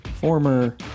former